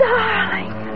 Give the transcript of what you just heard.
Darling